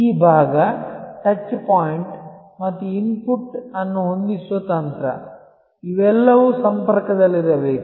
ಈ ಭಾಗ touch point ಮತ್ತು ಇನ್ಪುಟ್ ಅನ್ನು ಹೊಂದಿಸುವ ತಂತ್ರ ಇವೆಲ್ಲವೂ ಸಂಪರ್ಕದಲ್ಲಿರಬೇಕು